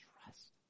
Trust